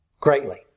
greatly